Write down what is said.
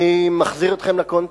אני מחזיר אתכם לקונטקסט.